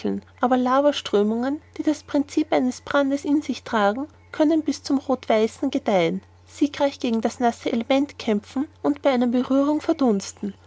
aber lavaströmungen die das princip ihres brandes in sich tragen können bis zum rothweißen gedeihen siegreich gegen das nasse element kämpfen und bei einer berührung verdunsten